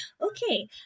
Okay